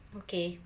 okay